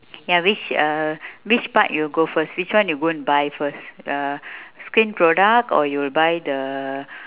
ya which uh which part you go first which one you go and buy first uh skin product or you'll buy the